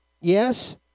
Yes